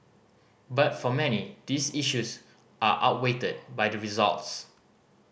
but for many these issues are outweighed by the results